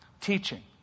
teaching